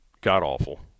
god-awful